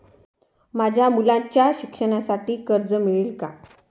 माझ्या मुलाच्या शिक्षणासाठी कर्ज मिळेल काय?